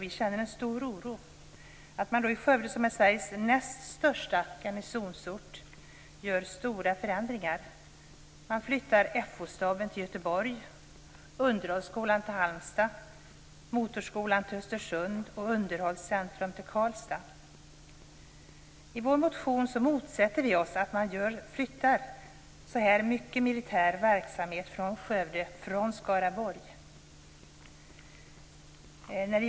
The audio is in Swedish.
Vi känner stor oro för att man i Skövde, Sveriges näst största garnisonsort, gör stora förändringar. FO-staben flyttas till Göteborg. Underhållsskolan flyttas till Halmstad, Motorskolan till Östersund och Underhållscentrum till I vår motion motsätter vi oss flytt av så här mycket verksamhet från Skövde, från Skaraborg.